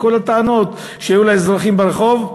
וכל הטענות שהיו לאזרחים ברחוב,